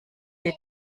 dir